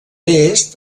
est